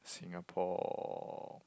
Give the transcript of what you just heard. Singapore